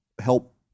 help